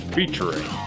Featuring